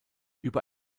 über